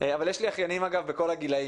אבל יש לי אחיינים, אגב, מכל הגילים.